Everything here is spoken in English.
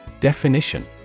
Definition